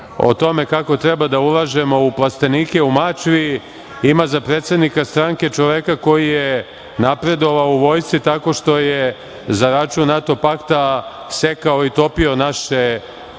o tome kako treba da ulažemo u plastenike u Mačvi ima za predsednika stranke čoveka koji je napredovao u vojsci tako što je za račun NATO pakta sekao i topio naše tenkove,